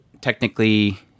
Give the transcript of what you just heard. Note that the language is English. technically